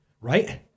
right